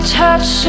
touch